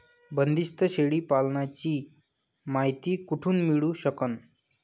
बंदीस्त शेळी पालनाची मायती कुठून मिळू सकन?